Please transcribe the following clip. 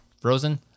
Frozen